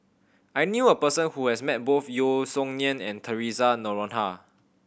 I knew a person who has met both Yeo Song Nian and Theresa Noronha